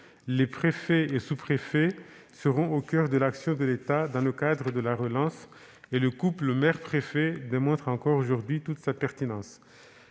Les préfets et sous-préfets seront au coeur de l'action de l'État dans le cadre de la relance, et le couple maire-préfet démontre encore aujourd'hui toute sa pertinence.